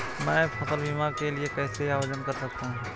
मैं फसल बीमा के लिए कैसे आवेदन कर सकता हूँ?